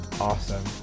awesome